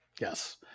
Yes